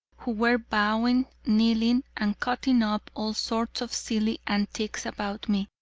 who were bowing, kneeling, and cutting up all sorts of silly antics about me.